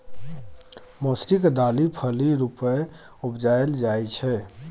मौसरीक दालि फली रुपेँ उपजाएल जाइ छै